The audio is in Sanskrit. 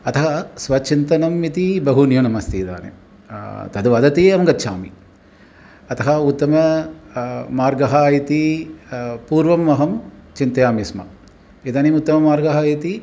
अतः स्वचिन्तनम् इति बहु न्यूनमस्ति इदानीं तद् वदति अहं गच्छामि अतः उत्तममार्गः इति पूर्वम् अहं चिन्तयामि स्म इदानीम् उत्तममार्गः इति